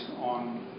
on